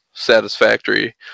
satisfactory